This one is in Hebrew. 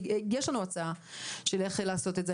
כי יש לנו הצעה של איך לעשות את זה,